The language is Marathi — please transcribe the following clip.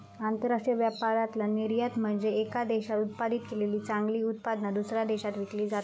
आंतरराष्ट्रीय व्यापारातला निर्यात म्हनजे येका देशात उत्पादित केलेली चांगली उत्पादना, दुसऱ्या देशात विकली जातत